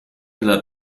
della